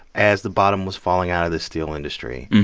as the bottom was falling out of the steel industry.